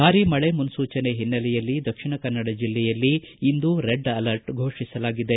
ಭಾರೀ ಮಳೆ ಮುನ್ಸೂಚನೆ ಹಿನ್ನೆಲೆಯಲ್ಲಿ ದಕ್ಷಿಣ ಕನ್ನಡ ಜಿಲ್ಲೆಯಲ್ಲಿ ಇಂದೂ ರೆಡ್ ಅಲರ್ಟ್ ಫೋಷಿಸಲಾಗಿದೆ